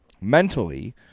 mentally